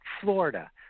Florida